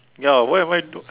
ya why am I not